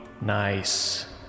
nice